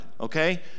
okay